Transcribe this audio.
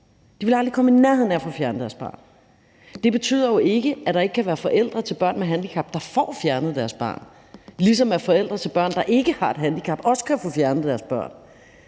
de ville aldrig komme i nærheden af at få fjernet deres barn. Det betyder jo ikke, at der ikke kan være forældre til børn med handicap, der får fjernet deres barn, ligesom forældre til børn, der ikke har et handicap, også kan få fjernet deres børn.